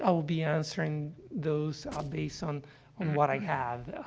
i would be answering those based on on what i have, ah,